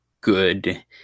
good